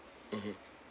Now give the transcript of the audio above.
mmhmm